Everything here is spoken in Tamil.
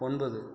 ஒன்பது